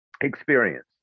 experience